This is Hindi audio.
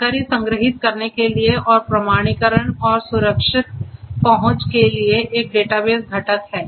जानकारी संग्रहीत करने के लिए और प्रमाणीकरण और सुरक्षित पहुंच के लिए एक डेटाबेस घटक है